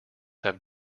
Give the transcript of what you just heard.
have